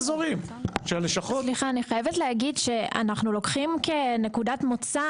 חייבת לומר - אנחנו לוקחים כנקודת מוצא